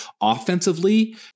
offensively